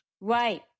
Right